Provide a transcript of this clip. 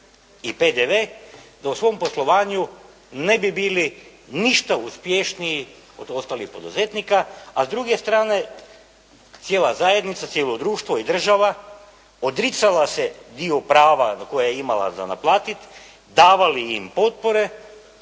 i PDV, u svom poslovanju ne bi bili ništa uspješniji od ostalih poduzetnika, a s druge strane, cijela zajednica, cijelo društvo i država, odricala se dio prava na koje je imala za naplatiti, davali im potpore,